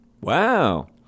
Wow